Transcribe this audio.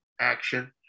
action